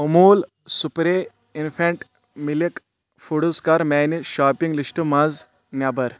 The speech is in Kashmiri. اموٗل سپرے اِنفینٛٹ مِلک فوٗڈس کَر میانہِ شاپنگ لِسٹ منٛز نٮ۪بر